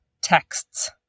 texts